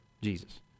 Jesus